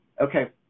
Okay